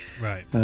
Right